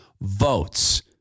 votes